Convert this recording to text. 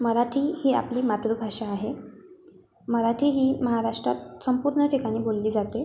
मराठी ही आपली मातृभाषा आहे मराठी ही महाराष्ट्रात संपूर्ण ठिकाणी बोलली जाते